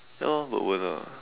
ya lor but won't ah